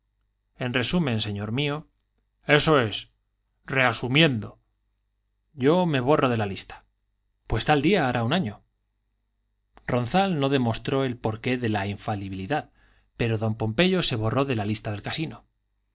en resumen señor mío eso es reasumiendo yo me borro de la lista pues tal día hará un año ronzal no demostró el por qué de la infalibilidad pero don pompeyo se borró de la lista del casino